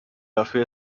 dafür